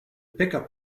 pickup